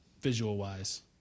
visual-wise